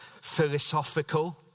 philosophical